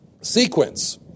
sequence